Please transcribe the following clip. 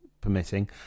permitting